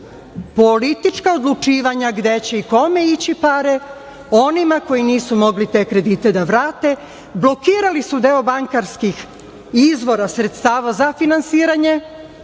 politička odlučivanja gde će i kome ići pare, onima koji nisu mogli te kredite da vrate blokirali su deo bankarskih izvora sredstava za finansiranje,